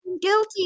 guilty